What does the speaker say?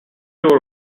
two